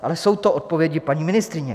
Ale jsou to odpovědi paní ministryně.